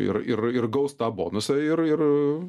ir ir ir gaus tą bonusą ir ir